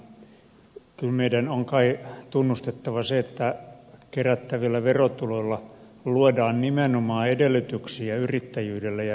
kyllä meidän on kai tunnustettava se että kerättävillä verotuloilla luodaan nimenomaan edellytyksiä yrittäjyydelle ja yritystoiminnalle